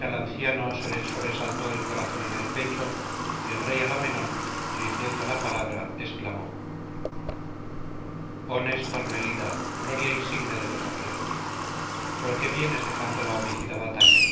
al anciano se les sobresaltó el corazón en el pecho y el rey agamenón dirigiéndole la palabra exclamó torne lida gloria insigne de los aqueos por qué vienes dejando la homicida batalla